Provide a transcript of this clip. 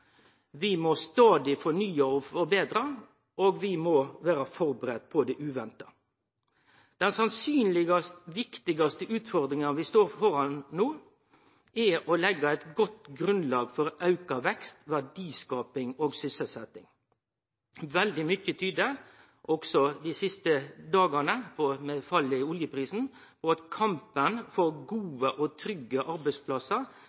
Vi må stadig fornye og forbetre, og vi må òg vere førebudde på det uventa. Den sannsynlegvis viktigaste ufordringa vi står føre no, er å leggje eit godt grunnlag for auka vekst, verdiskaping og sysselsetjing. Veldig mykje tyder på – også dei siste dagane med fall i oljeprisen – at kampen for gode og trygge arbeidsplassar